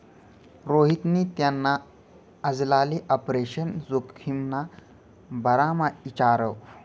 रोहितनी त्याना आजलाले आपरेशन जोखिमना बारामा इचारं